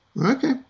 okay